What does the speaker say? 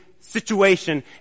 situation